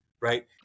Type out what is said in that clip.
right